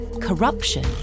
corruption